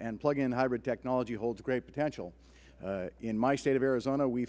and plug in hybrid technology holds great potential in my state of arizona we